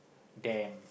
damn